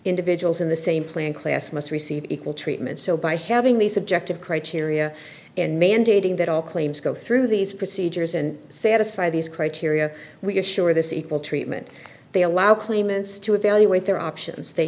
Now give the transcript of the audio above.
individuals in the same plan class must receive equal treatment so by having the subjective criteria and mandating that all claims go through these procedures and satisfy these criteria we're sure this equal treatment they allow claimants to evaluate their options they